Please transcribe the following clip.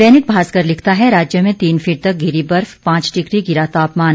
दैनिक भास्कर लिखता है राज्य में तीन फीट तक गिरी बर्फ पांच डिग्री गिरा तापमान